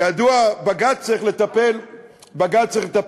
כידוע, בג"ץ צריך לטפל בהטבות.